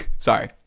Sorry